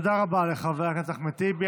תודה רבה לחבר הכנסת אחמד טיבי.